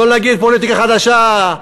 לא להגיד "פוליטיקה חדשה",